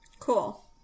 cool